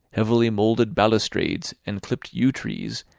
heavily moulded balustrades, and clipped yew-trees,